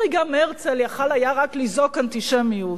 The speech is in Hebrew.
הרי גם הרצל יכול היה רק לזעוק: "אנטישמיות",